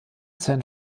san